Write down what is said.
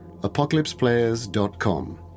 ApocalypsePlayers.com